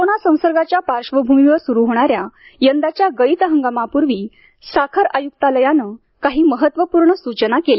corona संसर्गाच्या पार्श्वभूमीवर सुरू होणाऱ्या यंदाच्या गळीत हंगामाप्रर्वी साखर आयुक्तालयाने काही महत्त्वपूर्ण सूचना केल्या